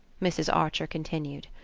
mrs. archer continued.